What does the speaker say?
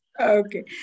okay